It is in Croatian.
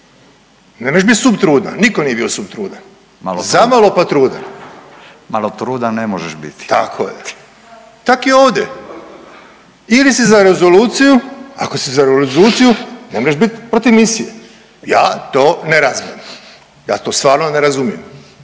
ne možeš biti subtrudna, nitko nije bio subtrudan …/Upadica se ne razumije./… zamalo pa trudan …/Upadica: Malo trudan ne možeš biti./… tako je. Tak i ovdje ili si za rezoluciju, ako si rezoluciju ne možeš biti protiv misije. Ja to ne razmem, ja to stvarno ne razumijem,